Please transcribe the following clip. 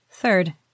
Third